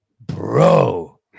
Bro